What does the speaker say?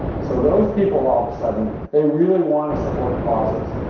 so, those people all of a sudden, they really want to support causes.